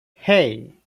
hey